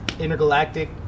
Intergalactic